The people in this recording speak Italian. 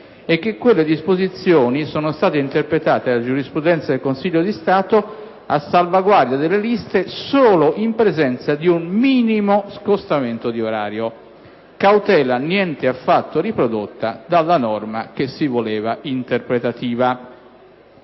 e che quelle disposizioni sono state interpretate dalla giurisprudenza del Consiglio di Stato a salvaguardia delle liste solo in presenza di un minimo scostamento di orario: cautela niente affatto riprodotta dalla norma che si voleva interpretativa.